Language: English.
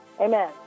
Amen